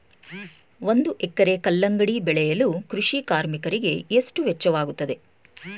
ಒಂದು ಎಕರೆ ಕಲ್ಲಂಗಡಿ ಬೆಳೆಯಲು ಕೃಷಿ ಕಾರ್ಮಿಕರಿಗೆ ಎಷ್ಟು ವೆಚ್ಚವಾಗುತ್ತದೆ?